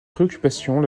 préoccupations